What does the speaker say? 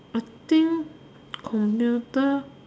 I think computer